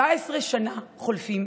17 שנה חולפות,